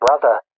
brother